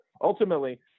ultimately